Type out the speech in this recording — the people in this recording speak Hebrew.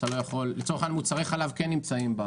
לצורך העניין מוצרי חלב כן נמצאים.